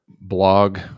blog